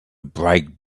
bright